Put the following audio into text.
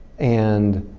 and,